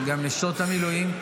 המילואים, גם נשות המילואים.